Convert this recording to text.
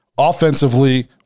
offensively